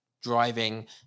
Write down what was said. driving